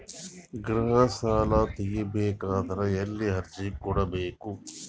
ಗೃಹ ಸಾಲಾ ತಗಿ ಬೇಕಾದರ ಎಲ್ಲಿ ಅರ್ಜಿ ಕೊಡಬೇಕು?